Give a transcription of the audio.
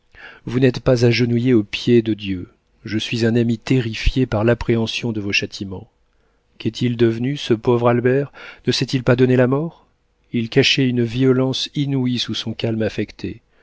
vous n'êtes pas agenouillée aux pieds de dieu je suis un ami terrifié par l'appréhension de vos châtiments qu'est-il devenu ce pauvre albert ne s'est-il pas donné la mort il cachait une violence inouïe sous son calme affecté